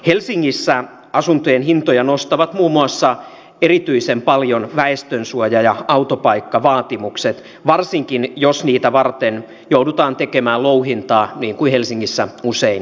helsingissä asuntojen hintoja nostavat muun muassa erityisen paljon väestönsuoja ja autopaikkavaatimukset varsinkin jos niitä varten joudutaan tekemään louhintaa niin kuin helsingissä usein joudutaan